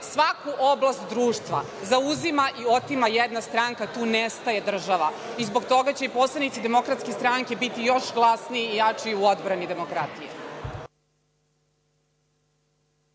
svaku oblast društva zauzima i otima jedna stranka, tu nestaje država. Zbog toga će poslanici DS biti još glasniji i jači u odbrani demokratije.